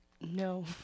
No